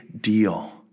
deal